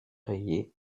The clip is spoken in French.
rayée